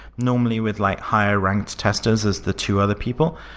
normally, with like higher ranked testers as the two other people,